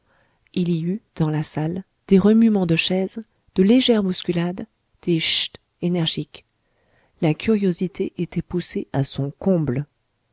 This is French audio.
il y eut dans la salle des remuements de chaises de légères bousculades des chuts énergiques la curiosité était poussée à son comble